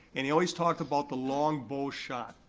and he always talked about the long bow shot.